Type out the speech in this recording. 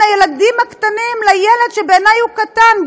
הילדים הקטנים לילד שבעיני הוא קטן,